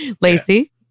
Lacey